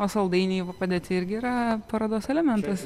o saldainiai padėti irgi yra parodos elementas